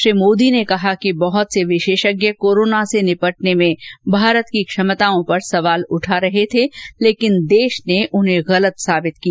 श्री मोदी ने कहा कि बहुत से विशेषज्ञ कोरोना से निपटने में भारत की क्षमताओं पर सवाल उठा रहे थे लेकिन देश ने उन्हें गलत साबित किया